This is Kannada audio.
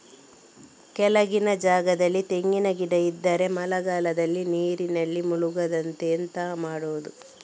ಕೆಳಗಿನ ಜಾಗದಲ್ಲಿ ತೆಂಗಿನ ಗಿಡ ಇದ್ದರೆ ಮಳೆಗಾಲದಲ್ಲಿ ನೀರಿನಲ್ಲಿ ಮುಳುಗದಂತೆ ಎಂತ ಮಾಡೋದು?